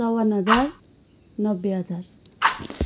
चौवन हजार नब्बे हजार